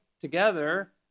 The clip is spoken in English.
together